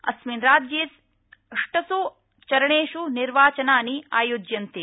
अस्मित्राज्ये अष्टस् चरणेष् निर्वाचनानि आयोज्यन्ते